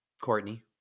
Courtney